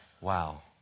wow